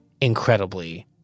incredibly